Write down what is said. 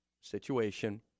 situation